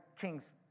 king's